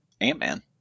Ant-Man